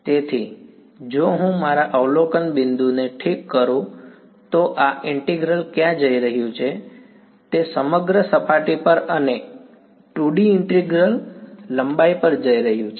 તેથી જો હું મારા અવલોકન બિંદુને ઠીક કરું તો આ ઈન્ટિગ્રલ ક્યાં જઈ રહ્યું છે તે સમગ્ર સપાટી અને 2D ઈન્ટિગ્રલ લંબાઈ પર જઈ રહ્યું છે